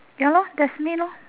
ya lor that's me lor